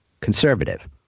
conservative